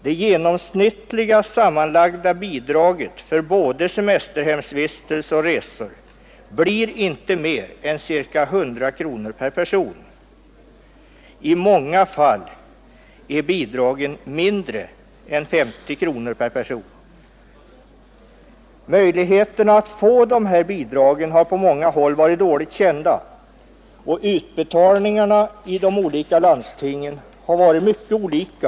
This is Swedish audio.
Det genomsnittliga sammanlagda bidraget för både semesterhemsvistelse och resor blir inte mer än ca 100 kronor per person. I många fall är bidragen mindre än 50 kronor per person. Möjligheterna att få de här bidragen har på många håll varit dåligt kända, och utbetalningarna i de olika landstingsområdena har varit mycket olika.